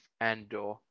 Andor